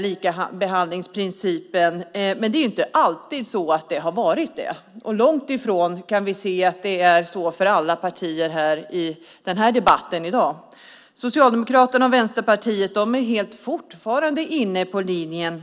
Likabehandlingsprincipen är viktig, men det har inte alltid varit så. Och det är långt ifrån så för alla partier i debatten här i dag. Socialdemokraterna och Vänsterpartiet är fortfarande helt inne på linjen